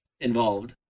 involved